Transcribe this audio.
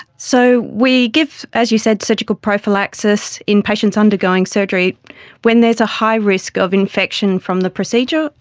so we give, as you said, surgical prophylaxis in patients undergoing surgery when there is a high risk of infection from the procedure,